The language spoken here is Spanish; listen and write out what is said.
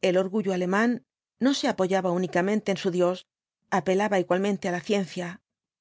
el orgullo alemán no se apoyaba únicamente en su dios apelaba igualmente á la ciencia